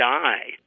die